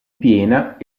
piena